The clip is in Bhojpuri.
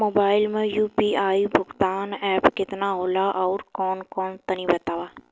मोबाइल म यू.पी.आई भुगतान एप केतना होला आउरकौन कौन तनि बतावा?